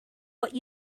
what